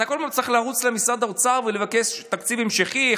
אתה כל הזמן צריך לרוץ למשרד האוצר ולבקש תקציב המשכי,